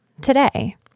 today